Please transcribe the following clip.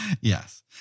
Yes